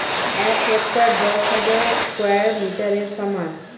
এক হেক্টার দশ হাজার স্কয়ার মিটারের সমান